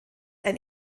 ein